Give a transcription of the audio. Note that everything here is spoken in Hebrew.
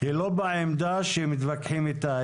היא לא בעמדה שמתווכחים אתה.